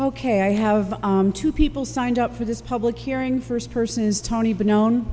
ok i have two people signed up for this public hearing first person is tony but known